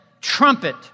trumpet